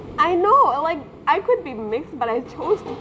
I know like I could be mixed but I chose